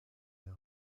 vers